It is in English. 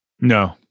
No